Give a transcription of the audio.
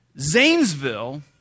Zanesville